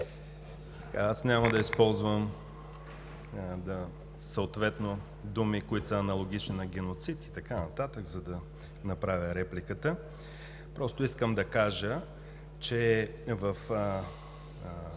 Аз няма да използвам съответно думи, аналогични на геноцид и така нататък, за да направя репликата. Просто искам да кажа – нали